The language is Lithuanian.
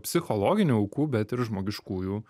psichologinių aukų bet ir žmogiškųjų